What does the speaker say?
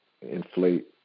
inflate